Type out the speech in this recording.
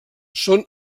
són